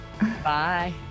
bye